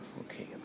Okay